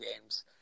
games